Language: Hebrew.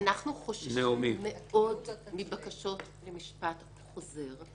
אנחנו חוששים מאוד מבקשות למשפט חוזר.